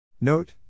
Note